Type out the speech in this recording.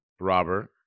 Robert